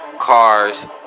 Cars